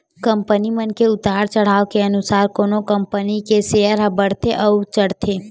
company मन के उतार चड़हाव के अनुसार कोनो कंपनी के सेयर ह बड़थे अउ चढ़थे